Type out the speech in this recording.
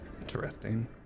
interesting